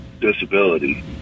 disability